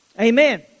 Amen